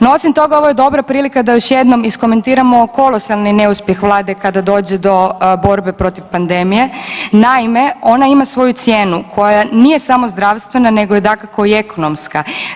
No osim toga ovo je dobra prilika da još jednom iskomentiramo kolosalni neuspjeh vlade kada dođe do borbe protiv pandemije, naime ona ima svoju cijenu koja nije samo zdravstvena nego je dakako i ekonomska.